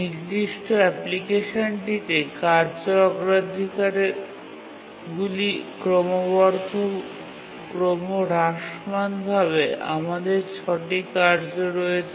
নির্দিষ্ট একটি অ্যাপ্লিকেশনে কার্যের অগ্রাধিকার অনুযায়ী ৬ টি কার্য রয়েছে